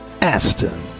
Aston